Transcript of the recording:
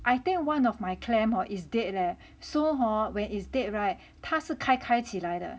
I think one of my clam or is dead leh so hor when it's dead [right] 他是开开起来的